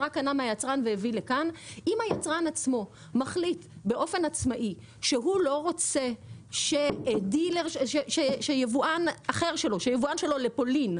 אם היצרן עצמו מחליט שהוא לא רוצה שיבואן שלו לפולין,